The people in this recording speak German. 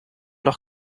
doch